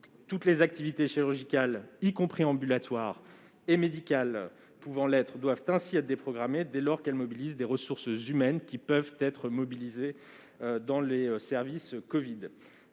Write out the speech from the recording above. toutes les activités chirurgicales, y compris ambulatoires, et médicales pouvant l'être doivent être déprogrammées, dès lors qu'elles mobilisent des ressources humaines pouvant être mobilisées dans les services dédiés